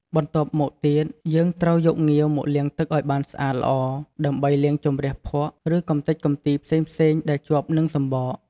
បន្ទាប់មកទៀត យើងត្រូវយកងាវ មកលាងទឹកឱ្យបានស្អាតល្អ ដើម្បីលាងជម្រះភក់ ឬកម្ទេចកម្ទីផ្សេងៗដែលជាប់នឹងសំបក។